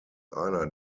einer